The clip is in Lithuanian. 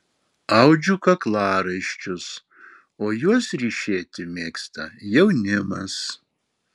audžiu kaklaraiščius o juos ryšėti mėgsta jaunimas